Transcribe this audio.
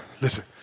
Listen